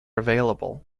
available